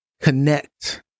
connect